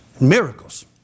Miracles